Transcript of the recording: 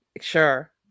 Sure